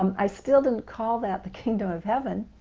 um i still didn't call that the kingdom of heaven